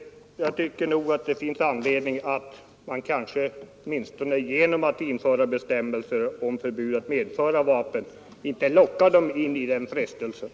Jag tycker att det finns anledning att man genom ett Onsdagen den förbud mot att medföra vapen inte lockar någon in i den frestelsen. 22 november 1972